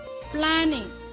Planning